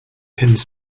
pins